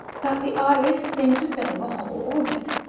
that the iris seemed to fill the whole orbit,